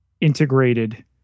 integrated